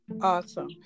awesome